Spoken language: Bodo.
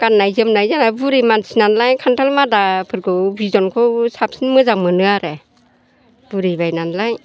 गाननाय जोमनाय जोंहा बुरि मानसि नालाय खानथाल मादाफोरखौ बिदनखौ साबसिन मोजां मोनो आरो बुरैबाय नालाय